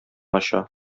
ача